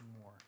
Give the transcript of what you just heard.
more